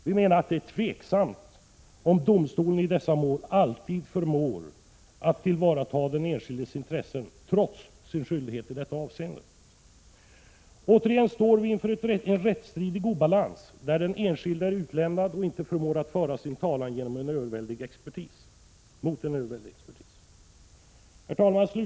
Vi menar att det är tveksamt om domstolen i dessa mål alltid förmår att tillvarata den enskildes intressen, trots sin skyldighet i detta avseende. Återigen står vi inför en rättsstridig obalans, där den enskilde är utlämnad och inte förmår föra sin talan gentemot en överväldig expertis. 131 Herr talman!